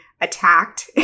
attacked